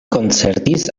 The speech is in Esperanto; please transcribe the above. koncertis